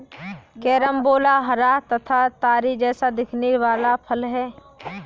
carambola हरा तथा तारे जैसा दिखने वाला फल है